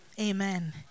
Amen